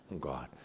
God